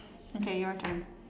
okay your turn